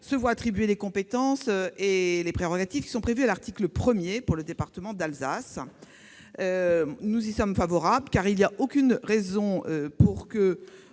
se voient attribuer les compétences et prérogatives reconnues par l'article 1 au département d'Alsace. Nous y sommes favorables, car il n'y a aucune raison de